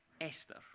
Esther